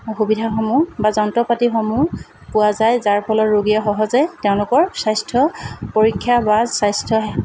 সুবিধাসমূহ বা যন্ত্ৰ পাতিসমূহ পোৱা যায় যাৰ ফলত ৰোগীয়ে সহজে তেওঁলোকৰ স্বাস্থ্য পৰীক্ষা বা স্বাস্থ্যসেৱা